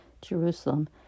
Jerusalem